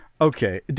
Okay